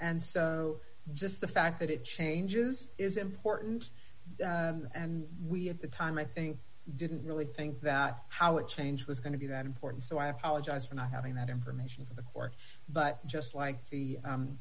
and so just the fact that it changes is important and we at the time i think didn't really think that how it changed was going to be that important so i apologize for not having that information before but just like the